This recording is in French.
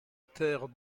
terre